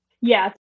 Yes